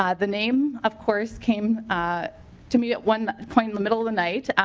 um the name of course came to me at one point in the middle of the night.